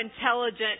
intelligent